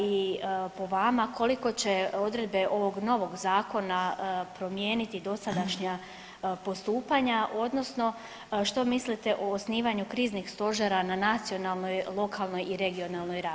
I po vama koliko će odredbe ovog novog zakona promijeniti dosadašnja postupanja, odnosno što mislite o osnivanju kriznih stožera na nacionalnoj, lokalnoj i regionalnoj razini.